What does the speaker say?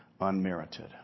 unmerited